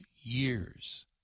years